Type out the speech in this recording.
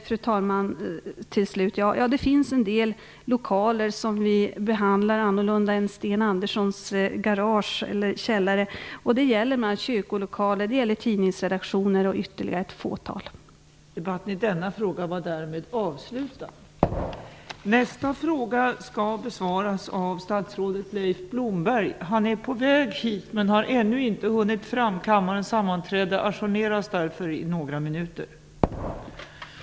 Fru talman! Slutligen: Det finns en del lokaler som vi behandlar annorlunda än Sten Anderssons garage eller källare. Det gäller kyrkolokaler, tidningsredaktioner och ytterligare ett fåtal lokaler.